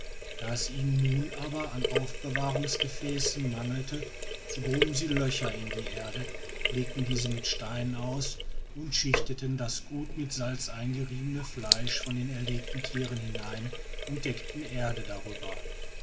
da es ihnen nun aber an aufbewahrungsgefäßen mangelte so gruben sie löcher in die erde legten diese mit steinen aus und schichteten das gut mit salz eingeriebene fleisch von den erlegten tieren hinein und deckten erde darüber